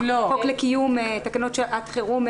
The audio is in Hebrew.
חוק לקיום תקנות שעת חירום,